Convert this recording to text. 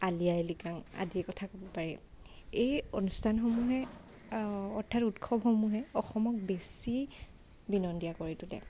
আলি আই লৃগাং আদিৰ কথা ক'ব পাৰি এই অনুস্থানসমূহে অৰ্থাৎ উৎসৱসমূহে অসমক বেছি বিনন্দীয়া কৰি তুলে